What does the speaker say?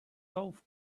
golf